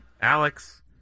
Alex